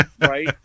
right